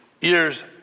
years